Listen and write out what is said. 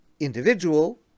individual